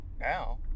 Now